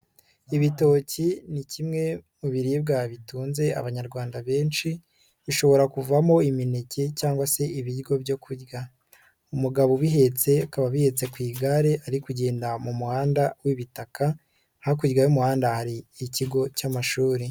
Ibitoki ni kimwe mu biribwa bitunze abanyarwanda benshi, bishobora kuvamo imineke cyangwa se ibiryo byo kurya, umugabo ubihebye akaba abihetse ku igare, ari kugenda mu muhanda w'ibitaka, hakurya y'umuhanda hari ikigo cy'amashuri.